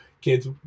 kids